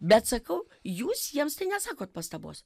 bet sakau jūs jiems tai nesakot pastabos